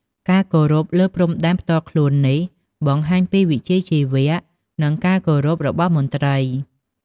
ការគោរពលើព្រំដែនផ្ទាល់ខ្លួននេះបង្ហាញពីវិជ្ជាជីវៈ និងការគោរពរបស់មន្ត្រី។